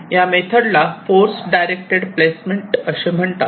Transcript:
या मेथड ला force directed placement असे म्हणतात